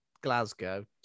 Glasgow